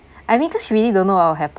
I mean cause really don't know what will